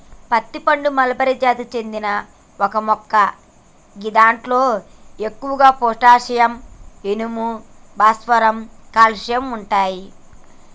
అత్తి పండు మల్బరి జాతికి చెందిన ఒక మొక్క గిదాంట్లో ఎక్కువగా పొటాషియం, ఇనుము, భాస్వరం, కాల్షియం ఉంటయి